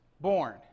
born